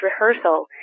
rehearsal